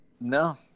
No